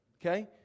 Okay